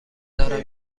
دارم